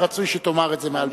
ורצוי שתאמר את זה מעל במת הכנסת.